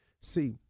See